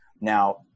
Now